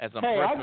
hey